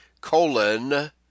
colon